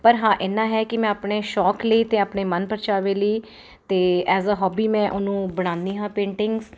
ਪਰ ਹਾਂ ਇੰਨਾਂ ਹੈ ਕਿ ਮੈਂ ਆਪਣੇ ਸ਼ੌਂਕ ਲਈ ਅਤੇ ਆਪਣੇ ਮਨ ਪਰਚਾਵੇ ਲਈ ਅਤੇ ਐਸ ਆ ਹੋਬੀ ਮੈਂ ਉਹਨੂੰ ਬਣਾਉਦੀ ਹਾਂ ਪੇਂਟਿੰਗਜ਼